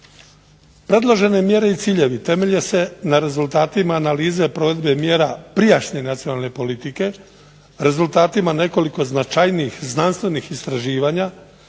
Predložene mjere i ciljevi temelje se na rezultatima analize provedbe mjera prijašnje nacionalne politike, rezultatima nekoliko značajnijih znanstvenih istraživanja,